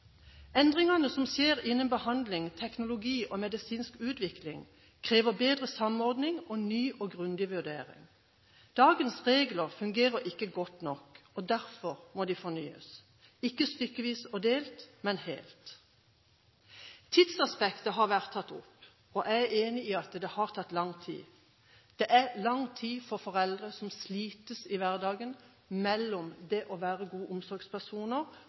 Endringene som skjer innen behandling, teknologi og medisinsk utvikling, krever bedre samordning og ny og grundig vurdering. Dagens regler fungerer ikke godt nok, og derfor må de fornyes – ikke stykkevis og delt, men helt. Tidsaspektet har vært tatt opp, og jeg er enig i at det har tatt lang tid. Det er lang tid for foreldre som slites i hverdagen mellom det å være gode omsorgspersoner